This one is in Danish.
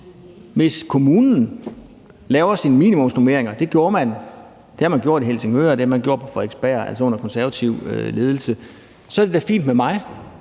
Hvis kommunen laver sine minimumsnormeringer – det har man gjort i Helsingør, og det har man gjort på Frederiksberg under konservativ ledelse – så er det da fint med mig.